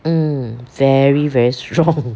mm very very strong